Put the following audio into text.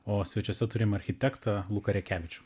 o svečiuose turim architektą luką rekevičių